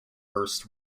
first